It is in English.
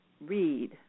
read